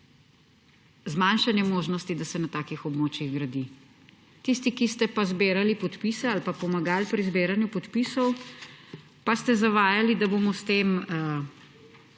zmanjšanje možnosti, da se na takih območjih gradi. Tisti, ki ste pa zbirali podpise ali pa pomagali pri zbiranju podpisov, pa ste zavajali, da bomo s tem